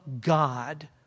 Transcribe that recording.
God